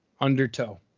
undertow